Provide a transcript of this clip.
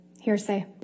hearsay